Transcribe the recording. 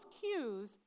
cues